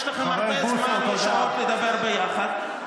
יש לכם הרבה זמן לשבת ולדבר ביחד.